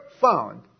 found